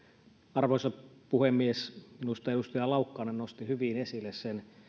arvoisa puhemies minusta edustaja laukkanen nosti hyvin esille sen